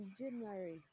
January